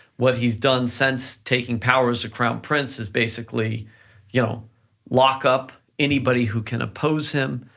what he's done since taking power as a crown prince is basically you know lock up anybody who can oppose him,